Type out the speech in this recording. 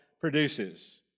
produces